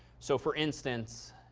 so for instance,